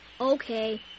Okay